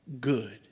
good